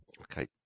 okay